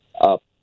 up